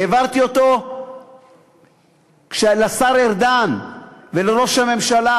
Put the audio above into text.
העברתי אותו לשר ארדן ולראש הממשלה.